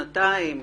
שנתיים?